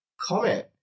comment